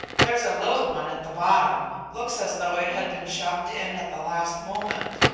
there's a little one at the bottom, looks as though it had been shoved in at the last moment.